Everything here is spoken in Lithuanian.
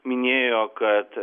minėjo kad